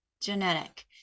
genetic